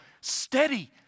steady